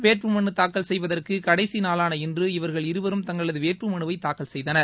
வேட்புமனுத்தாக்கல் செய்வதற்கு கடைசிநாளான இன்று இவர்கள் இருவரும் தங்களது வேட்புமனுவை தாக்கல் செய்தனர்